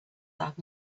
that